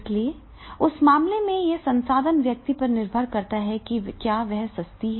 इसलिए उस मामले में यह संसाधन व्यक्ति पर निर्भर करता है कि वह क्या सस्ती है